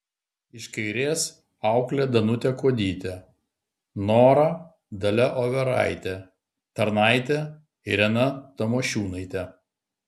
iš kairės auklė danutė kuodytė nora dalia overaitė tarnaitė irena tamošiūnaitė